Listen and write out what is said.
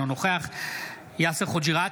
אינו נוכח יאסר חוג'יראת,